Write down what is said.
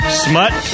smut